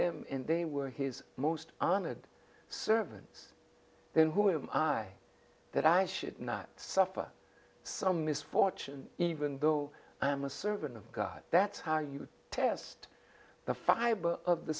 them and they were his most honored servant then who am i that i should not suffer some misfortune even though i am a servant of god that's how you would test the fiber of the